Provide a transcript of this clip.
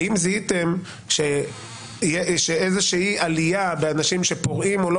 האם זיהיתם איזושהי עלייה באנשים שפורעים או לא